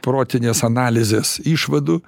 protinės analizės išvadų